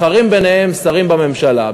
מתחרים ביניהם שרים בממשלה,